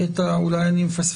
הוגשה